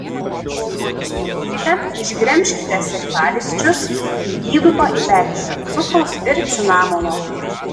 obuolius nulupkite išgremžkite sėklalizdžius į įdubą įberkite cukraus ir cinamono